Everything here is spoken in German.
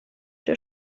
der